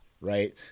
right